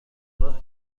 راه